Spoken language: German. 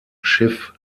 schiff